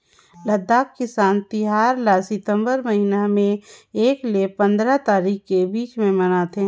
लद्दाख किसान तिहार ल सितंबर महिना में एक ले पंदरा तारीख के बीच में मनाथे